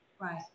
Right